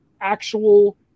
actual